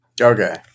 Okay